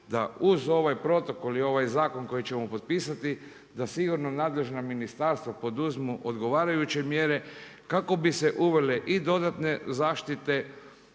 da uz ovaj protokol i ovaj zakon koji ćemo potpisati, da sigurno nadležna ministarstva poduzmu odgovarajuće mjere kako bi se uvele i dodatne zaštite